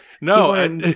No